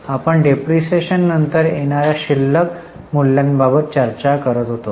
आपण डिप्रीशीएशननंतर येणाऱ्या शिल्लक मूल्याबाबत चर्चा करत होतो